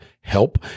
help